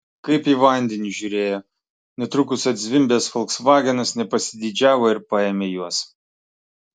kaip į vandenį žiūrėjo netrukus atzvimbęs folksvagenas nepasididžiavo ir paėmė juos